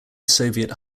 soviet